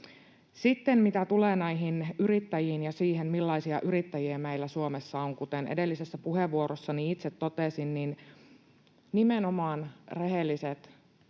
Sitten, mitä tulee näihin yrittäjiin ja siihen, millaisia yrittäjiä meillä Suomessa on, kuten edellisessä puheenvuorossani itse totesin, niin nimenomaan rehelliset, lakien